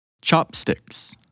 chopsticks